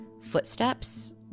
footsteps